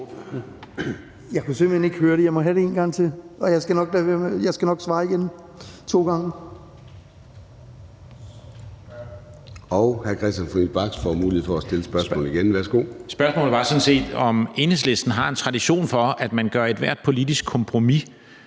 Jeg kunne simpelt hen ikke høre det. Jeg må have det en gang til, og jeg skal nok svare igen to gange. Kl. 15:30 Formanden (Søren Gade): Hr. Christian Friis Bach får mulighed for at stille spørgsmålet igen. Værsgo. Kl. 15:30 Christian Friis Bach (RV): Spørgsmålet var sådan set, om Enhedslisten har en tradition for, at man gør ethvert politisk kompromis